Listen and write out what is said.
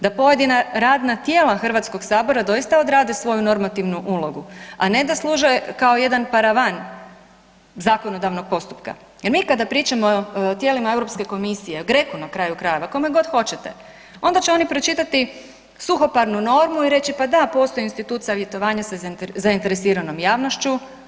Da pojedina radna tijela HS-a doista odrade svoju normativnu ulogu, a ne da služe kao jedan paravan zakonodavnog postupka jer mi kada pričamo o tijelima EU komisije, o GRECO-u, na kraju krajeva, kome god hoćete, onda će oni pročitati suhoparnu normu i reći pa da, postoji institut savjetovanja sa zainteresiranom javnošću.